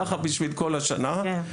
ככה בשביל כל השנה,